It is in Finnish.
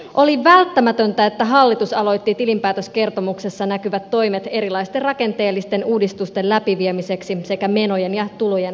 oli välttämätöntä että hallitus aloitti tilinpäätöskertomuksessa näkyvät toimet erilaisten rakenteellisten uudistusten läpiviemiseksi sekä menojen ja tulojen tasapainottamiseksi